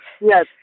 Yes